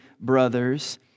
brothers